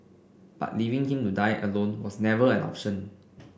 but leaving him to die alone was never an option